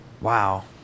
Wow